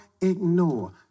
ignore